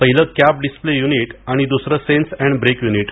पहिले cab display unit आणि दुसरे सेन्स अँड ब्रेक यूनिट